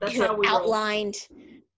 outlined